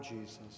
Jesus